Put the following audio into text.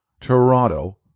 Toronto